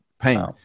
pain